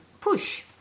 push